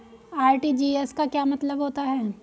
RTGS का क्या मतलब होता है?